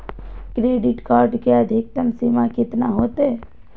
Credit card के अधिकतम सीमा कितना होते?